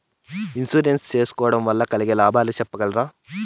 Insurance సేసుకోవడం వల్ల కలిగే లాభాలు సెప్పగలరా?